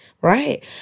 right